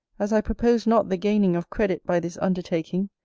as i propose not the gaining of credit by this undertaking,